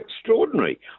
extraordinary